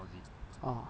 ah